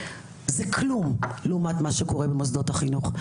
זה כלום לעומת מה שקורה במוסדות החינוך.